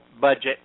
budget